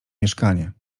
mieszkanie